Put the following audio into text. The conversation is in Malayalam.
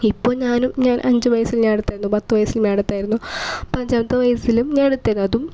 ഇപ്പോൾ ഞാനും ഞാൻ അഞ്ച് വയസിൻ്റെ ഞാൻ എടുത്തായിരുന്നു പത്തു വയസിൻ്റെ ഞാൻ എടുത്തായിരുന്നു അപ്പം അഞ്ചാമത്തെ വയസ്സിലും ഞാൻ എടുത്തിരുന്നു അതും